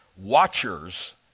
watchers